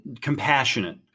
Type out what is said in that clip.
compassionate